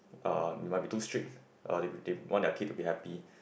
uh you might be too strict uh they they want their kid to be happy